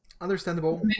Understandable